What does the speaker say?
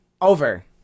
Over